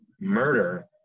Murder